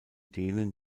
denen